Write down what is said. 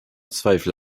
zweifel